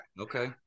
Okay